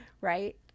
right